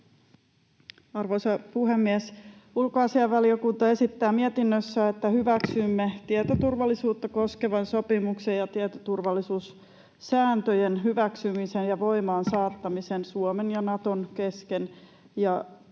Arvoisa puhemies! Ulkoasiainvaliokunta esittää mietinnössä, että hyväksymme tietoturvallisuutta koskevan sopimuksen ja tietoturvallisuussääntöjen hyväksymisen ja voimaansaattamisen Suomen ja Naton kesken